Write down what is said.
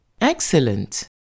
Excellent